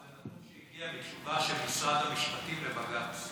זה נתון שהגיע מתשובה של משרד המשפטים לבג"ץ.